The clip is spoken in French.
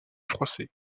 froissée